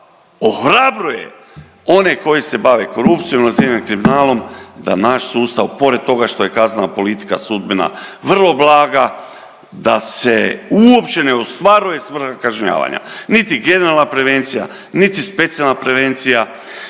ohrabruje one koji se bave korupcijom nazivaju kriminalom, da naš sustav pored toga što je kaznena politika sudbena vrlo blaga, da se uopće ne ostvaruje svrha kažnjavanja niti generalna prevencija, niti specijalna prevencija.